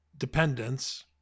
Dependence